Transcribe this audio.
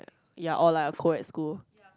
ya all lah coed school